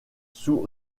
sous